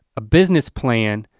a business plan